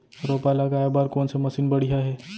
रोपा लगाए बर कोन से मशीन बढ़िया हे?